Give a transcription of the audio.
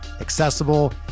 accessible